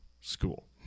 school